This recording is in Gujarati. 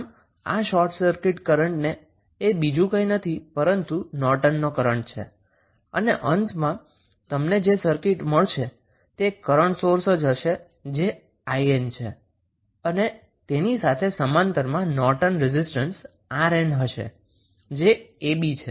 આમ આ શોર્ટ સર્કિટ કરન્ટએ બીજું કંઈ નથી પરંતુ નોર્ટન કરન્ટ છે અને અંતમાં તમને જે સર્કિટ મળશે તે કરન્ટ સોર્સ હશે જે 𝐼𝑁 છે અને તેની સાથે સમાંતર માં નોર્ટન રેઝિસ્ટન્સ 𝑅𝑁 હશે જે ab છે